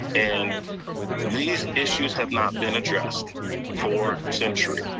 and these issues have not been addressed for centuries.